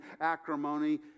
acrimony